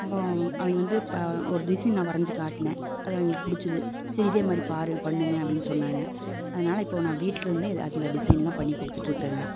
அப்போ அவுங் அவிங்க வந்து ஒரு டிசைன் நான் வரஞ்சு காட்டுனேன் அது அவங்களுக்கு பிடிச்சுது சரி இதேமாதிரி பாரு பண்ணுங்க அப்படின்னு சொன்னாங்க அதனால் இப்போது நான் வீட்டிலேருந்தே அந்த டிசைன்லாம் பண்ணி கொடுத்துட்டுக்குறேங்க